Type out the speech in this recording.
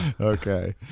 Okay